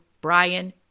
Brian